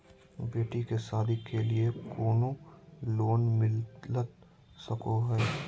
बेटी के सादी के लिए कोनो लोन मिलता सको है?